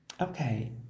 okay